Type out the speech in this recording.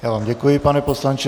Já vám děkuji, pane poslanče.